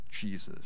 Jesus